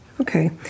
okay